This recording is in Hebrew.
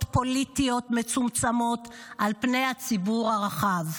פוליטיות מצומצמות על פני הציבור הרחב?